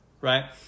right